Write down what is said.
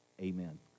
amen